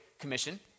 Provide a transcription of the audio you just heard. Commission